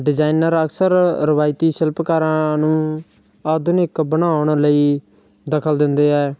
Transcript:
designer ਅਕਸਰ ਰਵਾਇਤੀ ਸ਼ਿਲਪਕਾਰਾਂ ਨੂੰ ਆਧੁਨਿਕ ਬਣਾਉਣ ਲਈ ਦਖਲ ਦਿੰਦੇ ਹੈ